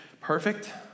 perfect